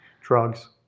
drugs